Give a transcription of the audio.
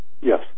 Yes